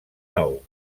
nou